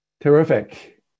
Terrific